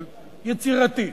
אבל יצירתי.